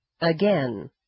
again